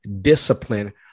discipline